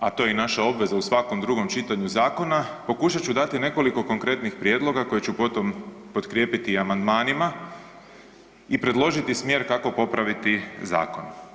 Međutim, a to je i naša obveza u svakom drugom čitanju zakona, pokušat ću dati nekoliko konkretnih prijedloga koje ću potom potkrijepiti i amandmanima i predložiti smjer kako popraviti zakon.